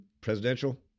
Presidential